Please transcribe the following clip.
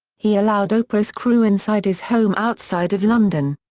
he allowed oprah's crew inside his home outside of london.